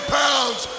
pounds